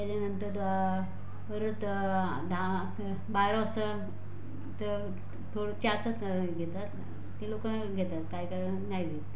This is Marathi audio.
त्याच्यानंतर परत दहा अकरा बारा वाजता तर थोडं चहाचाच घेतात ते लोकं घेतात काही काहीजणं नाही घेत